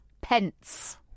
pence